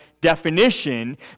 definition